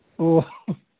ꯑꯣ